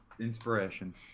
inspiration